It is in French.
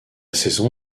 saison